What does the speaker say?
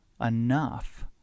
enough